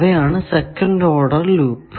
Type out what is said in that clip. അവയാണ് second order loop